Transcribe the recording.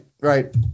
right